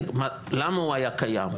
למה הוא היה קיים,